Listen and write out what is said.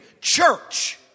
church